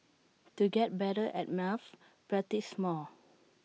to get better at maths practise more